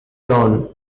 dawn